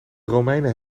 romeinen